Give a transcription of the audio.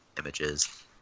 images